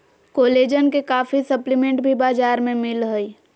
collagen के काफी supplement भी बाजार में मिल हइ